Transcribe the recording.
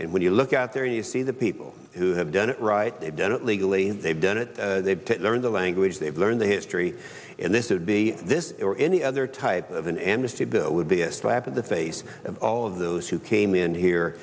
and when you look out there you see the people who have done it right don't legally they've done it they've learned the language they've learned their history and this would be this or any other type of an amnesty bill would be a slap in the face of all of those who came in here